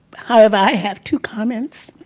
i have i have two coments.